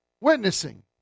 Witnessing